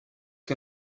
que